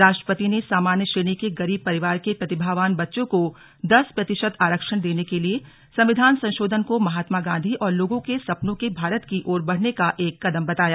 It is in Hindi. राष्ट्रपति ने सामान्य श्रेणी के गरीब परिवार के प्रतिभावान बच्चों को दस प्रतिशत आरक्षण देने के लिए संविधान संशोधन को महात्मा गांधी और लोगों के सपनों के भारत की ओर बढ़ने का एक कदम बताया